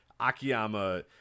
Akiyama